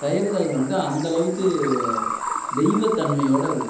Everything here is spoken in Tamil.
செயல்கள் வந்து அந்தளவுக்கு தெய்வத் தன்மையோட இருக்கும்